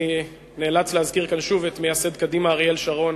אני נאלץ להזכיר כאן שוב את מייסד קדימה אריאל שרון,